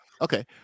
Okay